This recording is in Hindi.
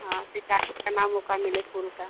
हाँ शिकायत का ना मौक़ा मिले फूल का